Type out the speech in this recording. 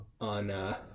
on